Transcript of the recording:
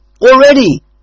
already